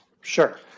Sure